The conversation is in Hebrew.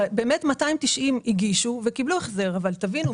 290 הגישו וקיבלו החזר אבל תבינו,